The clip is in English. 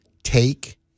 take